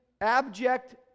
abject